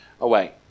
away